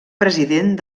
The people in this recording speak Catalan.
president